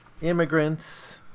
immigrants